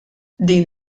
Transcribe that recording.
din